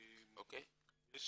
יש